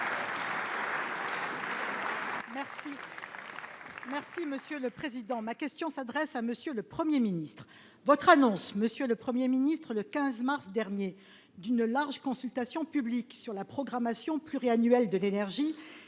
le groupe Les Républicains. Ma question s’adresse à M. le Premier ministre. Votre annonce, monsieur le Premier ministre, le 15 mars dernier, d’une large consultation publique sur la programmation pluriannuelle de l’énergie